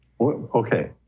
Okay